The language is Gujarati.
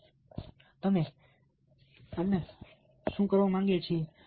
તો અમે તમને શું કરવા માંગીએ છીએ